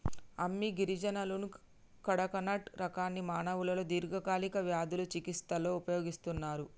అమ్మి గిరిజనులు కడకనట్ రకాన్ని మానవులలో దీర్ఘకాలిక వ్యాధుల చికిస్తలో ఉపయోగిస్తన్నరు